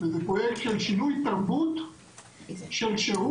וזה פרויקט של שינוי תרבות של שירות